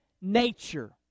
nature